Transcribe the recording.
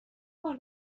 بار